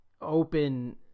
open –